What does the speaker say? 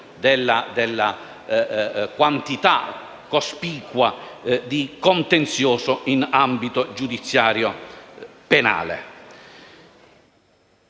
della quantità cospicua di contenzioso in ambito giudiziario e penale.